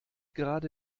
gerade